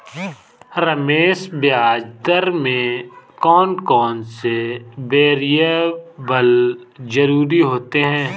रमेश ब्याज दर में कौन कौन से वेरिएबल जरूरी होते हैं?